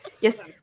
Yes